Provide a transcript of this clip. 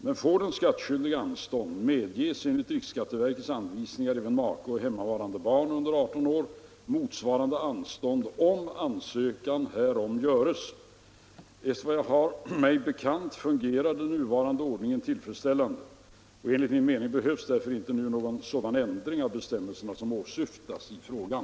Men får den skattskyldige anstånd medges enligt riksskatteverkets anvisningar även make och hemmavarande barn under 18 år motsvarande anstånd om ansökan härom görs. Efter vad jag har mig bekant fungerar den nuvarande ordningen tillfredsställande. Enligt min mening behövs därför inte nu någon sådan ändring av bestämmelserna som åsyftas i frågan.